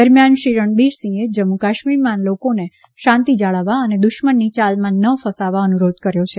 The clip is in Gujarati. દરમિયા શ્રી રણબીરસિંહે જમ્મુકાશ્મીરના લોકોને શાંતિ જાળવવા અને દુશ્મનની ચાલમાં ન ફસાવા અનુરીધ કર્યો છે